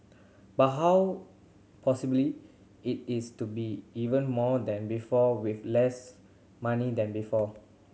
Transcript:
but how possibly it is to be even more than before with less money than before